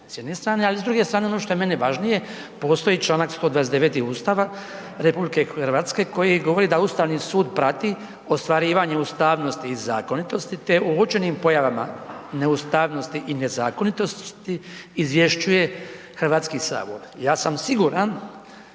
s jedne strane, ali s druge strane ono što je meni važnije, postoji čl.. 129. Ustava RH koji govori da Ustavni sud prati ostvarivanje ustavnosti i zakonitosti, te o uočenim pojavama neustavnosti i nezakonitosti izvješćuje HS. Ja sam siguran